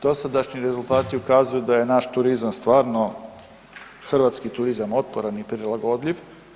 Dosadašnji rezultati ukazuju da je naš turizam stvarno, hrvatski turizam otporan i prilagodljiv.